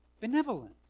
benevolent